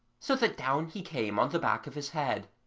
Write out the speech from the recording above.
so that down he came on the back of his head